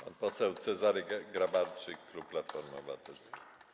Pan poseł Cezary Grabarczyk, klub Platforma Obywatelska.